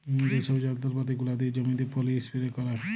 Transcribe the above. যে ছব যল্তরপাতি গুলা দিয়ে জমিতে পলী ইস্পেরে ক্যারে